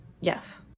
Yes